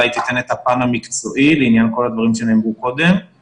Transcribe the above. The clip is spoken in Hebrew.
היא אולי תיתן את הפן המקצועי לעניין כל הדברים שנאמרו קודם,